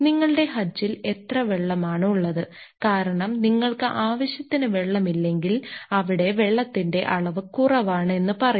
നിങ്ങളുടെ ഹച്ചിൽ എത്ര വെള്ളമാണുള്ളത് കാരണം നിങ്ങൾക്ക് ആവശ്യത്തിന് വെള്ളം ഇല്ലെങ്കിൽ അവിടെ വെള്ളത്തിന്റെ അളവ് കുറവാണ് എന്ന് പറയും